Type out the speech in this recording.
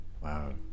Wow